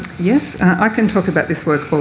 yes. i can talk about this work all